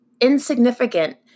insignificant